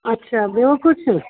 अच्छा ॿियो कुझु